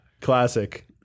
Classic